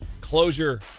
closure